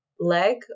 leg